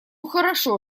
хорошо